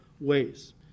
ways